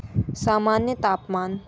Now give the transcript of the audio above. सामान्य तापमान